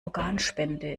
organspende